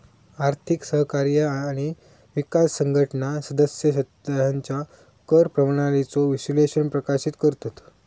आर्थिक सहकार्य आणि विकास संघटना सदस्य देशांच्या कर प्रणालीचो विश्लेषण प्रकाशित करतत